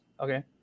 Okay